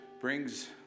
brings